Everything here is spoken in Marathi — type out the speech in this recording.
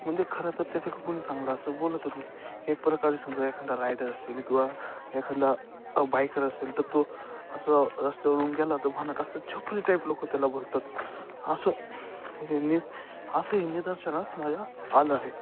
म्हणजे खरं तर त्याच्या क कोणी चांगलं असं बोलतच नाही एक प्रकारे समजा एखादा रायडर असेल किंवा एखादा बायकर असेल तर तो असं रस्त्यावरून गेला तो भन्नाट असं छपरीटाईप लोकं त्याला बोलतात असं हे असंही निदर्शनास माझ्या आलं आहे